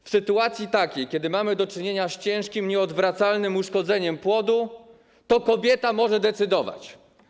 W sytuacji, w której mamy do czynienia z ciężkim, nieodwracalnym uszkodzeniem płodu, kobieta może decydować.